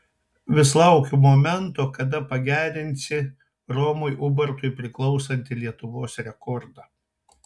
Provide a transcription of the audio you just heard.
vis laukiu momento kada pagerinsi romui ubartui priklausantį lietuvos rekordą